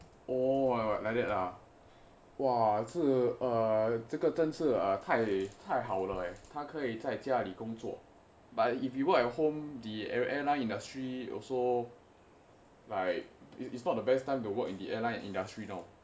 orh like that ah !wah! 哦这个真是太好了来它可以在家里工作 but if he work at home the air~ airline industry also like it it's not the best time to work in the airline industry now